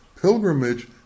Pilgrimage